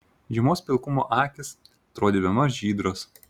žiemos pilkumo akys atrodė bemaž žydros